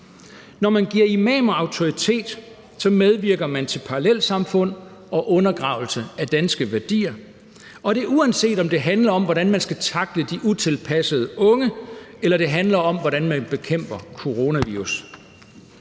når man giver imamer autoritet, medvirker man til parallelsamfund og undergravelse af danske værdier, og det, uanset om det handler om, hvordan man skal tackle de utilpassede unge, eller det handler om, hvordan man bekæmper coronavirus.